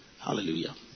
Hallelujah